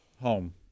home